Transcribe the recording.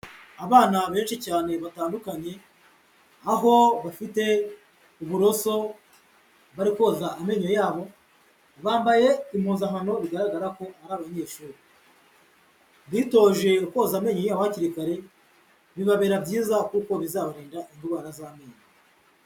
Abana benshi cyane batandukanye, aho bafite uburoso bari koza amenyo yabo bambaye impuzankano bigaragara ko ari abanyeshuri, bitoje koza amenyo yabo hakiri kare byiza kuko bizabarinda indwara z'amenyo.